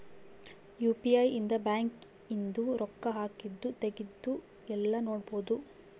UPI ಇಂದ bank ಇಂದು ರೊಕ್ಕ ಹಾಕಿದ್ದು ತೆಗ್ದಿದ್ದು ಯೆಲ್ಲ ನೋಡ್ಬೊಡು